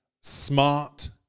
smart